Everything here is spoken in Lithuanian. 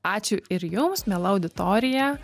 ačiū ir jums miela auditorija